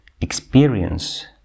experience